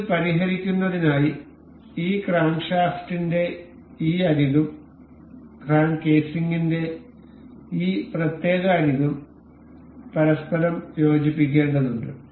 ഇത് പരിഹരിക്കുന്നതിനായി ഈ ക്രാങ്ക്ഷാഫ്റ്റിന്റെ ഈ അരികും ക്രാങ്ക് കേസിംഗിന്റെ ഈ പ്രത്യേക അരികും പരസ്പരം യോജിപ്പിക്കേണ്ടതുണ്ട്